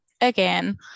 again